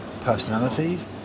personalities